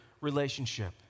relationship